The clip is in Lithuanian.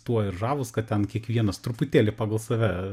tuo ir žavūs kad ten kiekvienas truputėlį pagal save